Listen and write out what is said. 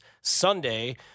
Sunday